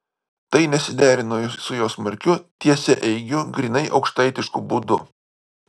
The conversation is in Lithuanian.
tai nesiderino su jo smarkiu tiesiaeigiu grynai aukštaitišku būdu